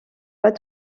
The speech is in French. pas